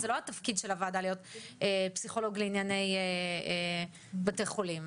אבל זה לא התפקיד של הוועדה להיות פסיכולוג לענייני בתי חולים.